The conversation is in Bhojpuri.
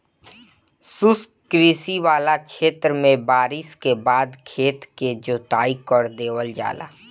शुष्क कृषि वाला क्षेत्र में बारिस के बाद खेत क जोताई कर देवल जाला